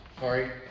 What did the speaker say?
Sorry